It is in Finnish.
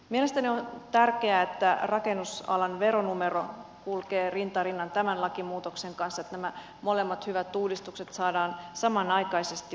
mielestäni on tärkeää että rakennusalan veronumero kulkee rinta rinnan tämän lakimuutoksen kanssa jotta nämä molemmat hyvät uudistukset saadaan samanaikaisesti voimaan